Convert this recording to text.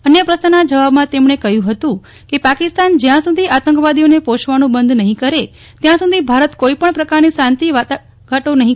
અન્ય પ્રશ્નના જવાબમાં તેમને કહ્યું હતું કે પાકિસ્તાન જ્યાં સુધી આતંકવાદીઓને પોષવાનું બંધ નહિ કરે ત્યાં સુધી ભારત કોઇપણ પ્રકારની શાંતિ વાતાઘાટો કરશે નહિ